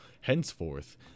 Henceforth